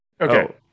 Okay